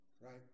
Right